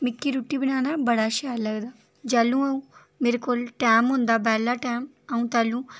मिकी रुट्टी बनाना बड़ा शैल लगदा जेल्लै आ'ऊं मेरे कोल टैम होंदा बेल्ला टैम आ'ऊं तैल्लू